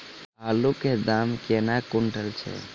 आलु केँ दाम केना कुनटल छैय?